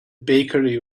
bakery